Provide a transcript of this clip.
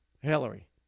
Hillary